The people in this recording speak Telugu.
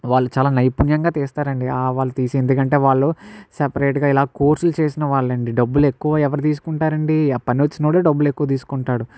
వాళ్ళు చాలా నైపుణ్యంగా తీస్తారండి వాళ్ళు తీసి ఎందుకంటే వాళ్ళు సపరేట్ గా ఇలా కోర్సులు చేసిన వాళ్ళండి డబ్బులు ఎక్కువ ఎవరు తీసుకుంటారు అండి ఆ పని వచ్చిన వాడే డబ్బులు ఎక్కువ తీసుకుంటాడు